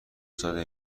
ساده